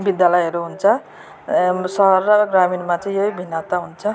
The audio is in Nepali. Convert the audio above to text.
विद्यालयहरू हुन्छ सहर र ग्रामीणमा चाहिँ यही भिन्नता हुन्छ